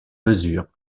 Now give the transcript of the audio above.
mesure